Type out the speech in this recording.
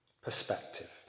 perspective